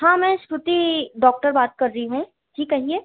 हाँ मैं श्रुति डॉक्टर बात कर रही हूँ जी कहिए